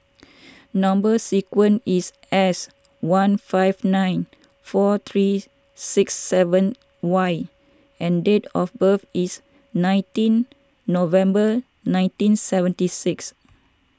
Number Sequence is S one five nine four three six seven Y and date of birth is nineteen November nineteen seventy six